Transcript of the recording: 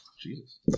Jesus